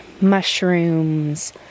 mushrooms